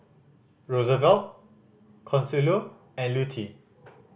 Rosevelt Consuelo and Lutie